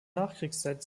nachkriegszeit